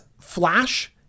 flash